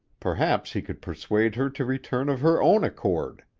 perhaps he could persuade her to return of her own accord.